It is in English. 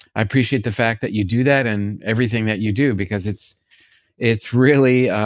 i appreciate the fact that you do that and everything that you do because it's it's really.